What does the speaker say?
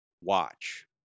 watch